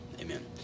Amen